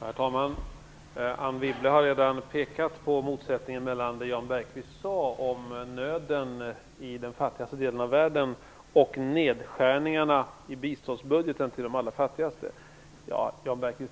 Herr talman! Anne Wibble har redan pekat på motsättningen mellan det Jan Bergqvist sade om nöden i den fattigaste delen av världen och nedskärningarna i biståndsbudgeten till de allra fattigaste.